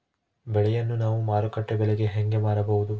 ಬೆಳೆಯನ್ನ ನಾವು ಮಾರುಕಟ್ಟೆ ಬೆಲೆಗೆ ಹೆಂಗೆ ಮಾರಬಹುದು?